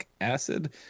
acid